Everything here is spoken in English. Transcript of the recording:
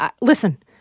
listen